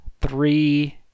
three